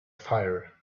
fire